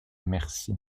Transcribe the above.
mercie